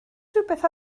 rhywbeth